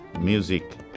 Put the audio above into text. music